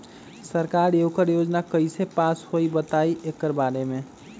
सरकार एकड़ योजना कईसे पास होई बताई एकर बारे मे?